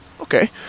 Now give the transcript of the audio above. Okay